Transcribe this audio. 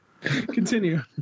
Continue